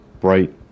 bright